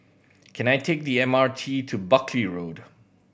can I take the M R T to Buckley Road